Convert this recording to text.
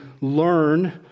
learn